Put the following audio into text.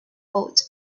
vote